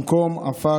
למקום עפר,